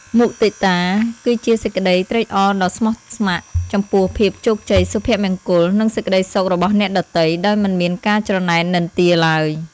មុទិតា គឺជាសេចក្តីត្រេកអរដ៏ស្មោះស្ម័គ្រ ចំពោះភាពជោគជ័យ សុភមង្គល និងសេចក្តីសុខរបស់អ្នកដទៃ ដោយមិនមានការច្រណែននិន្ទាឡើយ។